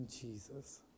Jesus